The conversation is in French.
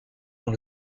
dans